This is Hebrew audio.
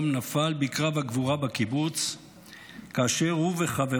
נפל בקרב הגבורה בקיבוץ כאשר הוא וחבריו